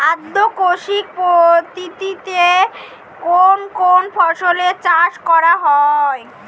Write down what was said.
আদ্র কৃষি পদ্ধতিতে কোন কোন ফসলের চাষ করা হয়?